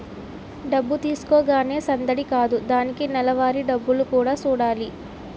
డబ్బు తీసుకోగానే సందడి కాదు దానికి నెలవారీ డబ్బులు కూడా సూడాలి